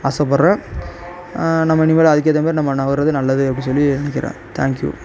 ஆசைப்பட்றேன் நம்ம இனிமேல் அதுக்கேத்த மாரி நம்ம நவுர்றது நல்லது அப்படின்னு சொல்லி தேங்க் யூ